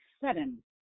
sudden